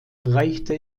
reichte